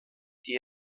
die